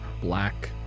black